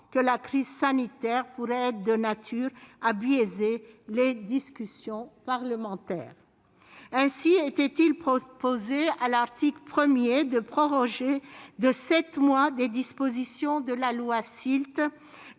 que la crise sanitaire pourrait être de nature à biaiser les discussions parlementaires. Ainsi était-il proposé, à l'article 1, de proroger de sept mois des dispositions de la loi SILT